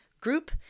group